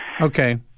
Okay